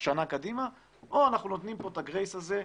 או שאנחנו נותנים כאן את ה-גרייס הזה.